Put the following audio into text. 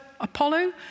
Apollo